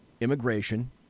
immigration